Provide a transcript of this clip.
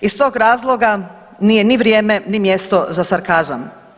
Iz tog razloga nije ni vrijeme, ni mjesto za sarkazam.